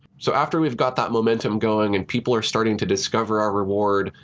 so after we've got that momentum going and people are starting to discover our reward,